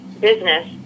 business